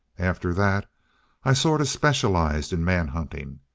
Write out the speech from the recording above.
after that i sort of specialized in manhunting,